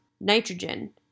nitrogen